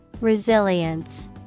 Resilience